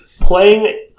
Playing